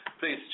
please